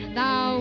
thou